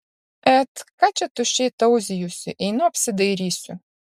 et ką tuščiai tauzijusi einu apsidairysiu